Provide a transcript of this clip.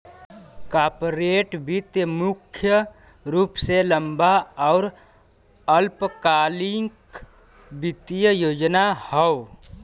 corporate वित्त मुख्य रूप से लंबा आउर अल्पकालिक वित्तीय योजना हौ